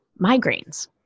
migraines